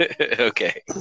Okay